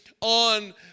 on